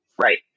Right